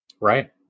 Right